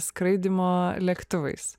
skraidymo lėktuvais